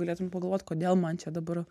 galėtum pagalvot kodėl man čia dabar